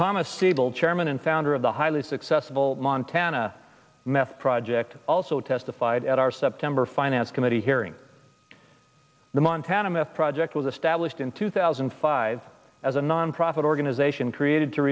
chairman and founder of the highly successful montana meth project also testified at our september finance committee hearing the montana meth project was established in two thousand and five as a nonprofit organization created to